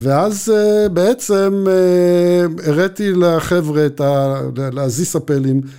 ואז בעצם הראתי לחבר'ה לזיסאפלים.